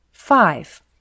Five